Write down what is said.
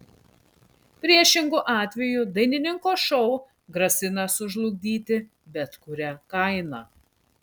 priešingu atveju dainininko šou grasina sužlugdyti bet kuria kaina